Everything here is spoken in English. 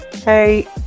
Hey